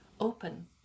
Open